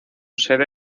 sede